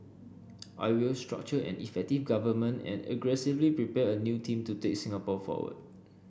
I will structure an effective Government and aggressively prepare a new team to take Singapore forward